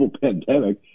pandemic